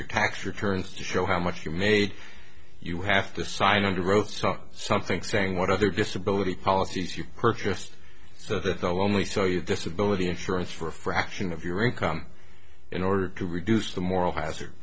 your tax returns to show how much you made you have to sign undergrowth saw something saying what other disability policies you purchased so that the lonely so you disability insurance for a fraction of your income in order to reduce the moral hazard